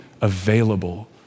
available